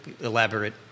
elaborate